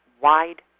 Wide